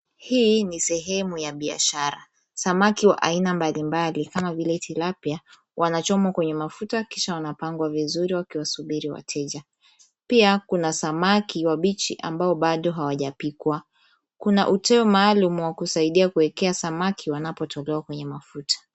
Hii ni sehemu ya biashara. Samaki wa aina mbalimbali kama vile Tilapia, wanachomwa kwenye mafuta kisha wanapangwa vizuri wakiwasubiri wateja. Pia kuna samaki wabichi ambao bado hawajapikwa. Kuna uteo maalum wa kusaidia kuekea samaki wanapotolewa kwenye mafuta.